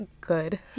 good